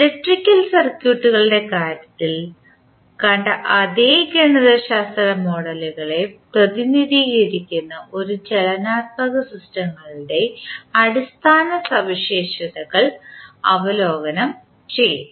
electrical സർക്യൂട്ടുകളുടെ കാര്യത്തിൽ കണ്ട അതേ ഗണിതശാസ്ത്ര മോഡലുകളെ പ്രതിനിധീകരിക്കുന്ന ഈ ചലനാത്മക സിസ്റ്റങ്ങളുടെ അടിസ്ഥാന സവിശേഷതകൾ അവലോകനം ചെയ്യും